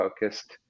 focused